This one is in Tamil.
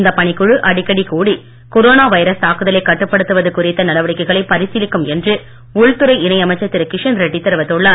இந்த பணிக்குழு அடிக்கடி கூடி கொரோனா வைரஸ் தாக்குதலை கட்டுப்படுத்துவது குறித்த நடவடிக்கைகளை பரிசீலிக்கும் என்று உள்துறை இணை அமைச்சர் திரு கிஷன் ரெட்டி தெரிவித்துள்ளார்